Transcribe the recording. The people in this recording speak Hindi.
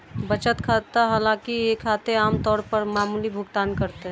बचत खाता हालांकि ये खाते आम तौर पर मामूली भुगतान करते है